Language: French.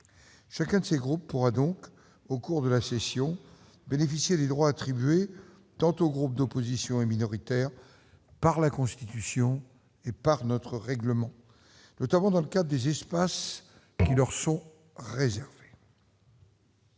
Chacun de ces groupes pourra donc, au cours de la session, bénéficier des droits attribués aux groupes d'opposition et minoritaires par la Constitution et notre règlement, notamment dans le cadre des « espaces » qui leur sont réservés.